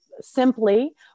simply